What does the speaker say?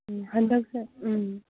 ꯎꯝ ꯍꯟꯗꯛꯁꯦ ꯎꯝ